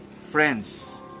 friends